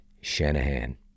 Shanahan